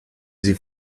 sie